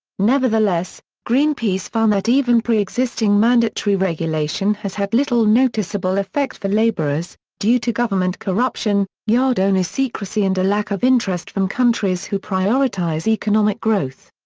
nevertheless, greenpeace found that even pre-existing mandatory regulation has had little noticeable effect for labourers, due to government corruption, yard owner secrecy and a lack of interest from countries who prioritise economic growth.